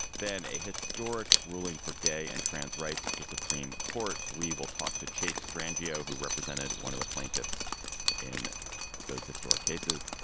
then a historic ruling for gay and trans rights at the supreme court. we will talk to chase strangio, who represented one of the plaintiffs in those historic cases.